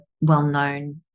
well-known